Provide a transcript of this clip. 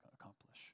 accomplish